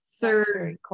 third